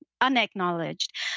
unacknowledged